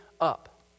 up